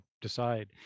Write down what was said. decide